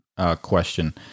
question